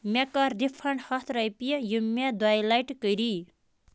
مےٚ کَر ڈِفنٛڈ ہَتھ رۄپیہِ یِم مےٚ دۄیہِ لَٹہِ کٔری